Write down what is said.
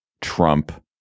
Trump